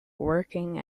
working